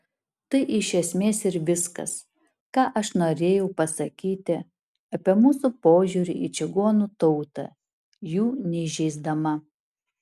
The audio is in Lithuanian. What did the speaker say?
tai iš esmės ir viskas ką aš norėjau pasakyti apie mūsų požiūrį į čigonų tautą jų neįžeisdama